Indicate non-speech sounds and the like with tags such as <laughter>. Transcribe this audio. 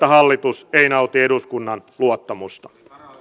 <unintelligible> hallitus ei nauti eduskunnan luottamusta